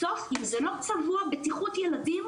בסוף אם זה לא צבוע לבטיחות ילדים,